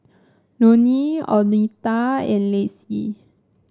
Lonie Oleta and Lacy